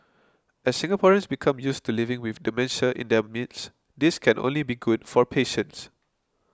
as Singaporeans become used to living with dementia in their midst this can only be good for patients